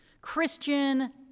Christian